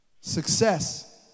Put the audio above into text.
Success